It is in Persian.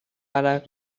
عرق